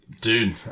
Dude